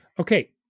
Okay